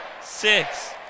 six